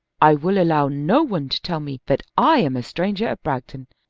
i will allow no one to tell me that i am a stranger at bragton.